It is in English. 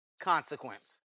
consequence